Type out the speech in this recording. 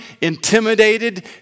intimidated